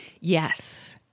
Yes